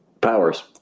Powers